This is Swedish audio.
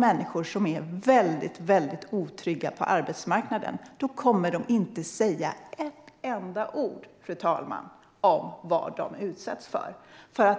Människor som är väldigt otrygga på arbetsmarknaden kommer inte att säga ett enda ord, fru talman, om vad de utsätts för.